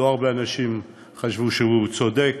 לא הרבה אנשים חשבו שהוא צודק.